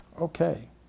Okay